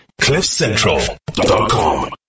CliffCentral.com